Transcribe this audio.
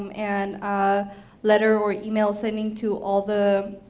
um and ah letter or email sending to all the